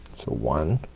one,